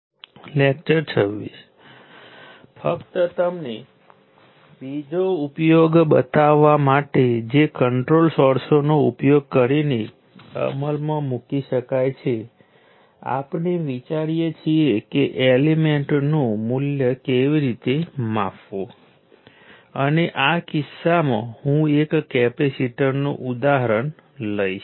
અત્યાર સુધી આ કોર્સમાં આપણે સંખ્યાબંધ ઇલેક્ટ્રિકલ એલીમેન્ટ્સ જેવા કે voltage source current source resistor વગેરે જોયા છે